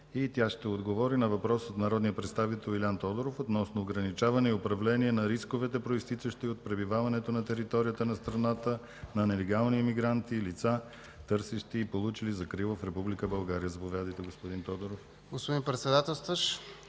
Тя ще отговори на въпрос от народния представител Илиан Тодоров относно ограничаване и управление на рисковете, произтичащи от пребиваването на територията на страната на нелегални имигранти и лица, търсещи и получили закрила в Република България. Заповядайте, господин Тодоров. ИЛИАН ТОДОРОВ